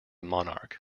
monarch